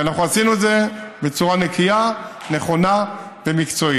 אנחנו עשינו את זה בצורה נקייה, נכונה ומקצועית.